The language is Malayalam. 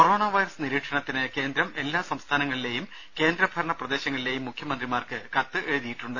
കൊറോണ വൈറസ് നിരീക്ഷണത്തിന് കേന്ദ്രം എല്ലാ സംസ്ഥാനങ്ങളിലെയും കേന്ദ്രഭരണ പ്രദേശങ്ങളിലെയും മുഖ്യമന്ത്രിമാർക്ക് കത്തെഴുതിയിട്ടുണ്ട്